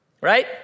right